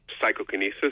psychokinesis